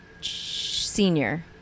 senior